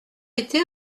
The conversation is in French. été